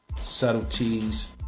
subtleties